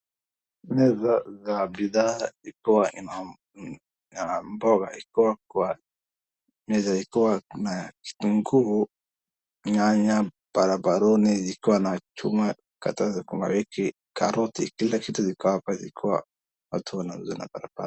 Meza za bidhaa ikiwa iko na mboga ikiwa kwa meza ikiwa vitunguu nyanya, meza ikiwa barabarani ikiwa na chuma kadhaa za sukumawiki, karoti, kila kitu ziko hapa ikiwa watu wanauza na barabara.